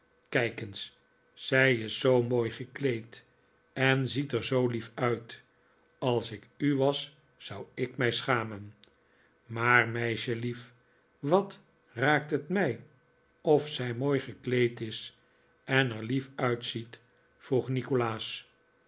kijk eens zij is zoo mooi gekleed en ziet er zoo lief uit als ik u was zou ik mij schamen maar meisjelief wat raakt het mij of zij mooi gekleed is en er lief uitziet vroeg nikolaas